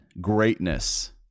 greatness